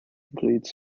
includes